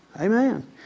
Amen